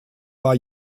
war